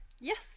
Yes